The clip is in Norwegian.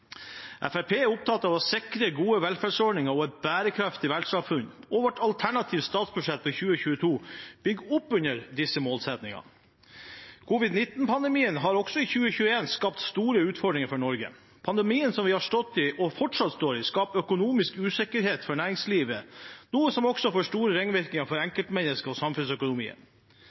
Fremskrittspartiet er opptatt av å sikre gode velferdsordninger og et bærekraftig velferdssamfunn, og vårt alternative statsbudsjett for 2022 bygger opp under disse målsettingene. Covid-19-pandemien har også i 2021 skapt store utfordringer for Norge. Pandemien vi har stått i, og fortsatt står i, skaper økonomisk usikkerhet for næringslivet, noe som også får store ringvirkninger for enkeltmennesker og samfunnsøkonomien.